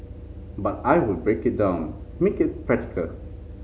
but I would break it down make it practical